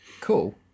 Cool